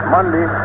Monday